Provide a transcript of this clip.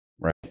Right